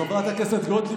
חברת הכנסת גוטליב,